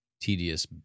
tedious